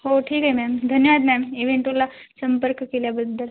हो ठीक आहे मॅम धन्यवाद मॅम इव्हेन्टोला संपर्क केल्याबद्दल